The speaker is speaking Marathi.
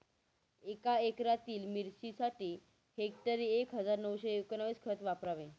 एका एकरातील मिरचीसाठी हेक्टरी एक हजार नऊशे एकोणवीस खत वापरावे